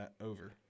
over